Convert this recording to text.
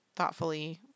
thoughtfully